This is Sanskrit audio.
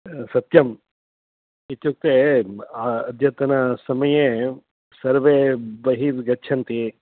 सत्यम् इत्युक्ते अद्यतनसमये सर्वे बहिर्गच्छन्ति